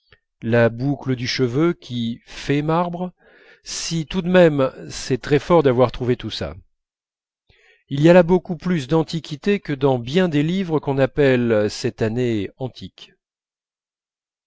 la boucle du cheveu qui fait marbre si tout de même c'est très fort d'avoir trouvé tout ça il y a là beaucoup plus d'antiquité que dans bien des livres qu'on appelle cette année antiques